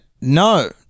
no